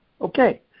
Okay